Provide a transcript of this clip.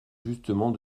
justement